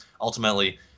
ultimately